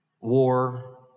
war